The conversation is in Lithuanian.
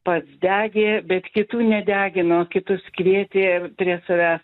pats degė bet kitų nedegino kitus kvietė prie savęs